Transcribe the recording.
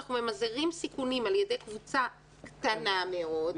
שאנחנו ממזערים סיכונים על-ידי קבוצה קטנה מאוד,